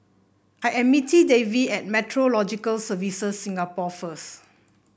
I am meeting Davy at Meteorological Services Singapore first